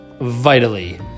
vitally